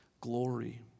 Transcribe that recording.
glory